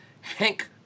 Hank